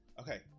okay